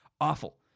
awful